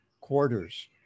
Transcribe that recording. quarters